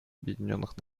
объединенных